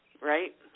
right